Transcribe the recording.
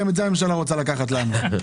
גם את זה הממשלה רוצה לקחת לנו.